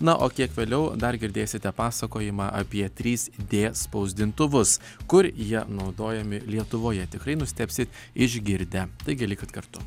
na o kiek vėliau dar girdėsite pasakojimą apie trys d spausdintuvus kur jie naudojami lietuvoje tikrai nustebsit išgirdę taigi likit kartu